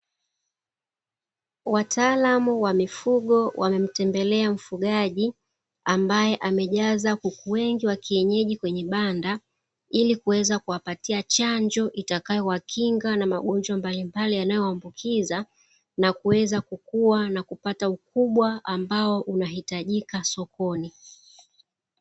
Wataalamu wa mifugo wamemtembelea mfugaji, ambae amejaza kuku wengi wa kienyeji kwenye banda, ili kuweza kuwapatia chanjo itakayowakinga na magonjwa mbalimbali yanayoambukiza na kuweza kukua na kupata ukubwa ambao unaohitajika sokoni.